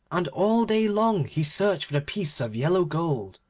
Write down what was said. and all day long he searched for the piece of yellow gold,